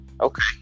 Okay